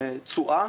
תשואה,